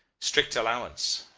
strict allowance.